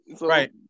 right